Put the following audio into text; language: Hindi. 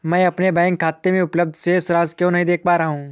मैं अपने बैंक खाते में उपलब्ध शेष राशि क्यो नहीं देख पा रहा हूँ?